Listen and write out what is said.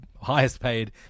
highest-paid